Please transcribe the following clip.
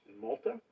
Malta